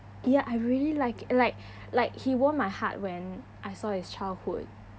ya I really like like like he won my heart when I saw his childhood